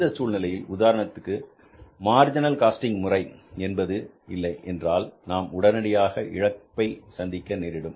இந்தச் சூழ்நிலையில் உதாரணத்திற்கு மார்ஜினல் காஸ்டிங் முறை என்பது இல்லை என்றால் நாம் உடனடியாக இழக்க நேரிடும்